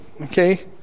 Okay